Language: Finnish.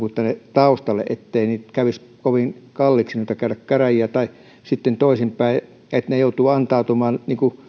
taustalle ettei kävisi kovin kalliiksi käydä käräjiä tai sitten toisinpäin että joudutaan antautumaan